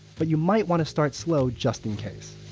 but you might want to start slow just in case